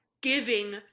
giving